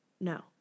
No